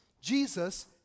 Jesus